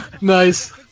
Nice